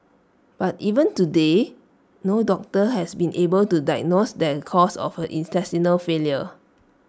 but even today no doctor has been able to diagnose the cause of her intestinal failure